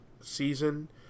season